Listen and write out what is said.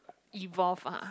evolve ah